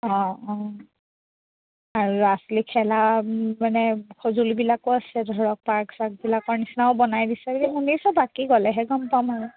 অঁ অঁ আৰু ল'ৰা ছোৱালী খেলা মানে সঁজুলীবিলাকো আছে ধৰক পাৰ্ক চাৰ্কবিলাকৰ নিচিনাও বনাই দিছে বুলি শুনিছোঁ বাকী গ'লেহে গম পাম আৰু